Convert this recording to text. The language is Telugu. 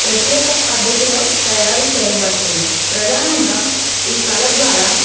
ప్రత్యేక పద్ధతిలో తయారు చేయబడుతుంది ప్రధానంగా ఈ కళ ద్వారా